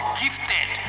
gifted